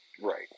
Right